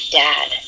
dad